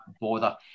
bother